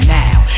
now